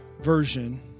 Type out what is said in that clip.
version